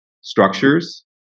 structures